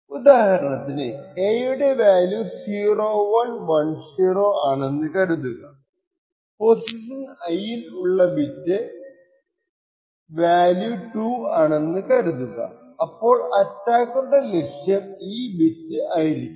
ഉദാഹരണത്തിന് a യുടെ value 0110 ആണെന്ന് കരുതുക പൊസിഷൻ i ൽ ഉള്ള ബിറ്റ് i യുടെ വാല്യൂ 2 ആണെന്ന് കരുതുക അപ്പോൾ അറ്റാക്കറുടെ ലക്ഷ്യം ഈ ബിറ്റ് ആയിരിക്കും